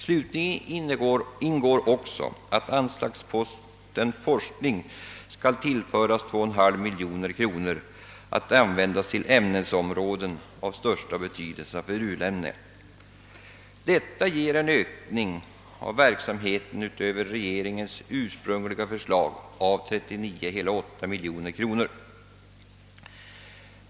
Slutligen ingår där att anslagsposten forskning skall tillföras 2,5 miljoner kronor att användas till ämnesområden av största betydelse för u-länderna. Detta innebär en ökning av verksamheten med 39,8 miljoner kronor utöver regeringens ursprungliga förslag.